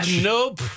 Nope